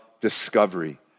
discovery